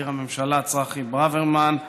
מזכיר הממשלה צחי ברוורמן,